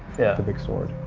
yeah. the big sword.